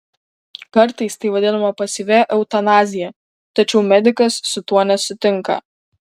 kartais tai vadinama pasyvia eutanazija tačiau medikas su tuo nesutinka